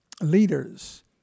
leaders